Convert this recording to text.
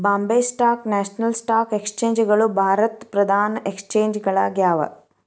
Bombay stock national stock exchange ಗಳು ಭಾರತದ್ ಪ್ರಧಾನ ಎಕ್ಸ್ಚೇಂಜ್ ಗಳಾಗ್ಯಾವ